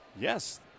Yes